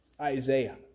Isaiah